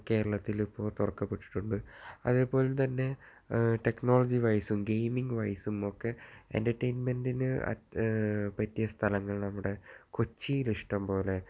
കേരളത്തിലിപ്പോൾ തുറക്കപ്പെട്ടിട്ടുണ്ട് അതെപോലെ തന്നെ ടെക്നോളജി വൈസും ഗെയിമിംഗ് വൈസും ഒക്കെ എൻ്റെർടൈൻമെൻ്റിന് പറ്റിയ സ്ഥലങ്ങള നമ്മുടെ കൊച്ചിയിൽ ഇഷ്ട്ടം പോലെ